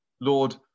Lord